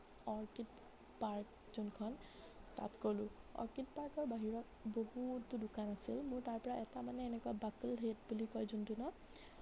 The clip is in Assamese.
অৰ্কিড পাৰ্ক যোনখন তাত গ'লোঁ অৰ্কিড পাৰ্কৰ বাহিৰত বহুতো দোকান আছিল মোৰ তাৰপৰা এটা মানে এনেকুৱা বাকুল হেট বুলি কয় যোনটো ন